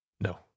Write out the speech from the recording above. No